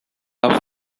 auf